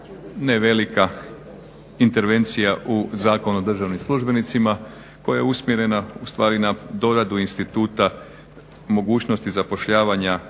ne velika intervencija u Zakon o državnim službenicima koja je usmjerena ustvari na doradu instituta mogućnosti zapošljavanja